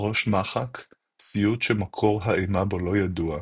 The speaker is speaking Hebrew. ראש מחק | סיוט שמקור האימה בו לא ידוע,